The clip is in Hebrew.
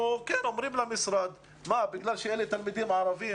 אנחנו אומרים למשרד שבגלל שאלה תלמידים ערבים,